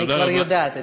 כן, אני כבר יודעת את זה.